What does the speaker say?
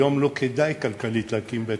היום לא כדאי, כלכלית, להקים בית-אבות,